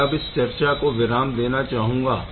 मैं अब इस चर्चा को विराम देना चाहूँगा